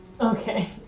Okay